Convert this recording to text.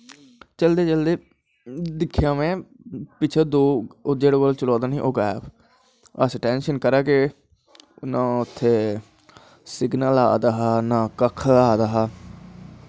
चलदे चलदे दिक्खेआ में पिच्छें दो जेह्ड़े कोला दा चलोआ दी नेईं हा ओह् हे अस टैंशन करा दे के उत्थें नां सिगनल आ दा नां कक्ख आ दा हा